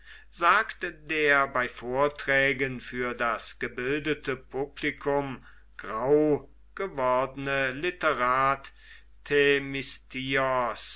sagt der bei vorträgen für das gebildete publikum grau gewordene literat